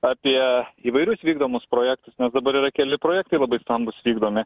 apie įvairius vykdomus projektus nes dabar yra keli projektai labai stambūs vykdomi